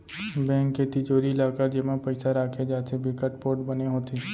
bank के तिजोरी, locker जेमा पइसा राखे जाथे बिकट पोठ बने होथे